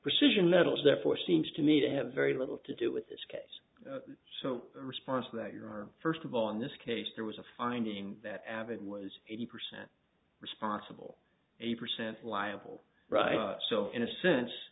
precision metals therefore seems to me to have very little to do with this case so response that your first of all in this case there was a finding that abbott was eighty percent responsible eighty percent reliable right so in a sense